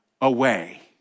away